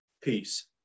Peace